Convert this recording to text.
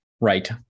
right